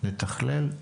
נתכלל,